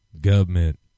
Government